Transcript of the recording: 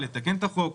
לתקן את החוק,